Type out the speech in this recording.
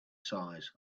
size